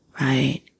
right